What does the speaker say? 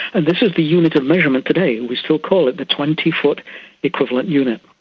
and this is the unit of measurement today, we still call it the twenty foot equivalent unit,